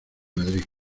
madrid